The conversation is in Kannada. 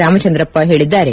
ರಾಮಚಂದಪ್ಪ ಹೇಳಿದ್ದಾರೆ